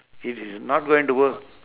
it is not going to work